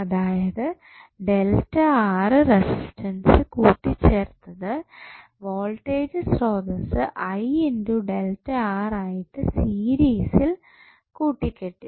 അതായത് റെസിസ്റ്റൻസ് കൂട്ടി ചേർത്തത് വോൾടേജ് സ്രോതസ്സ് ആയിട്ട് സീരീസ് കൂട്ടുകെട്ടിൽ